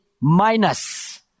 minus